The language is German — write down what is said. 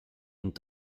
und